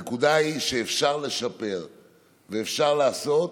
הנקודה היא שאפשר לשפר ואפשר לעשות,